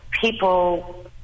people